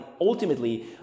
ultimately